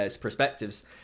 perspectives